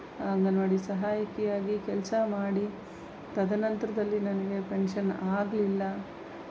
ಅಂಗನವಾಡಿ ಸಹಾಯಕಿಯಾಗಿ ಕೆಲಸ ಮಾಡಿ ತದನಂತರದಲ್ಲಿ ನನಗೆ ಪೆನ್ಷನ್ ಆಗಲಿಲ್ಲ